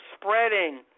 spreading